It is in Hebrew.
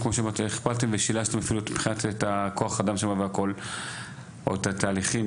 הכפלתם ושילשתם שם את כוח האדם או את התהליכים,